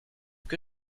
que